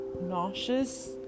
nauseous